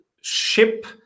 ship